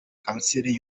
kanseri